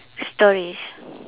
stories